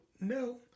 no